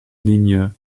linie